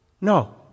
No